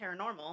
paranormal